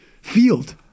field